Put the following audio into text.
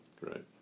right